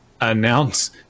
announce